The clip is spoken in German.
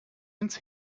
ins